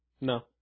No